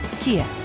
Kia